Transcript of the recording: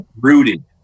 rooted